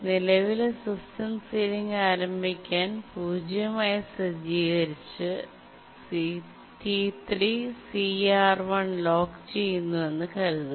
നിലവിലെ system ceiling ആരംഭിക്കാൻ 0 ആയി സജ്ജീകരിച്ച് T3 CR1 ലോക്ക് ചെയ്യുന്നുവെന്ന് കരുതുക